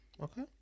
Okay